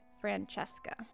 Francesca